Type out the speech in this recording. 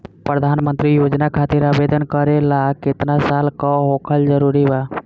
प्रधानमंत्री योजना खातिर आवेदन करे ला केतना साल क होखल जरूरी बा?